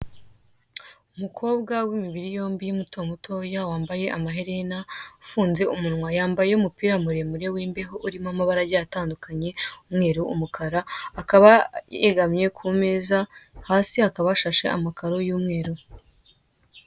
Umukobwa w'imibiri yombi mutomutoya wambaye amaherena, ufunze umunwa. Yabaye umupira muremure w'imbeho urimo amabara agiye atandukanye; umweru, umukara, akaba yegamye ku meza, hasi hakaba hashashe amakaro y'umweru.